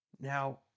Now